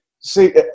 see